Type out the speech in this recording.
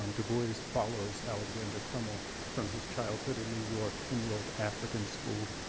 um dubois follows alexander crummell from his childhood in new york in the old african school.